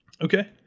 Okay